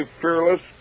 fearless